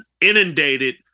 inundated